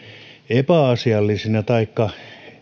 epäasiallisina taikka